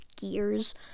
gears